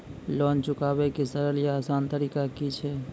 Loan चुकाबै के सरल या आसान तरीका की अछि?